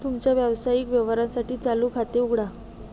तुमच्या व्यावसायिक व्यवहारांसाठी चालू खाते उघडा